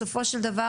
בסופו של דבר,